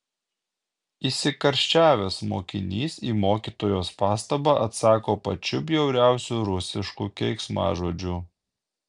įsikarščiavęs mokinys į mokytojos pastabą atsako pačiu bjauriausiu rusišku keiksmažodžiu